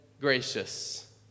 gracious